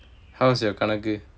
how's your கணக்கு:kanakku